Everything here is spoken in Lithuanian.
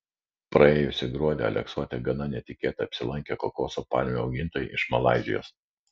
praėjusį gruodį aleksote gana netikėtai apsilankė kokoso palmių augintojai iš malaizijos